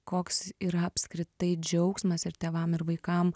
koks yra apskritai džiaugsmas ir tėvam ir vaikam